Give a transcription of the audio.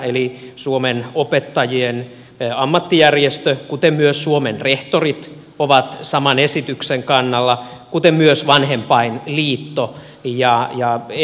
eli suomen opettajien ammattijärjestö kuten myös suomen rehtorit ovat saman esityksen kannalla kuten myös vanhempainliitto